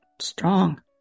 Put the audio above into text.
strong